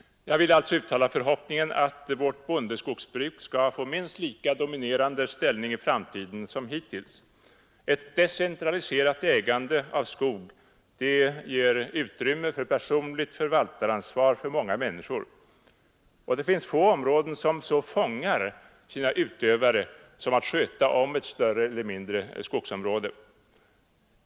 Jag vill alltså uttala förhoppningen att vårt bondeskogsbruk skall få minst lika dominerande ställning i framtiden som hittills. Ett decentraliserat ägande av skog ger utrymme för personligt förvaltaransvar för många människor. Och det finns få områden som så fångar sina utövare som att sköta om ett större eller mindre skogsområde.